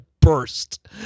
burst